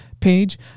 page